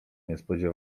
niespodzie